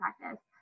practice